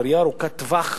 וראייה ארוכת טווח,